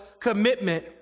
commitment